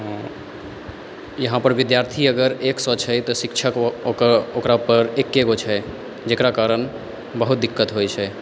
यहाँ पर विद्यार्थी अगर एक सए छै तऽ शिक्षक ओकरा ऊपर एगो छै जेकरा कारण बहुत दिक्कत होइ छै